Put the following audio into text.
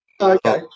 Okay